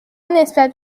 نسبت